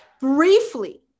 briefly